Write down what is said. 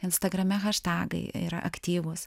instagrame haštagai yra aktyvus